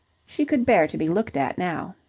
she could bear to be looked at now.